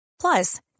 Plus